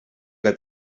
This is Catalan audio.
que